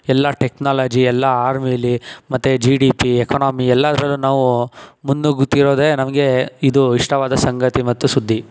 ಎಲ್ಲ ಟೆಕ್ನಾಲಜಿ ಎಲ್ಲ ಆರ್ಮಿಲಿ ಮತ್ತು ಜಿ ಡಿ ಪಿ ಎಕಾನೊಮಿ ಎಲ್ಲದರಲ್ಲೂ ನಾವು ಮುನ್ನುಗ್ಗುತ್ತಿರೋದೇ ನಮಗೆ ಇದು ಇಷ್ಟವಾದ ಸಂಗತಿ ಮತ್ತು ಸುದ್ದಿ